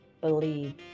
believe